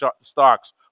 stocks